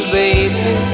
baby